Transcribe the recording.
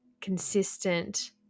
consistent